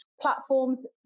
Platforms